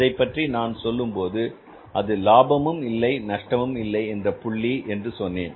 இதைப்பற்றி நான் சொல்லும்போது அது லாபம் இல்லை அல்லது நஷ்டம் இல்லை என்கிற புள்ளி என்று சொன்னேன்